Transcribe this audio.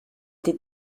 die